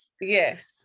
Yes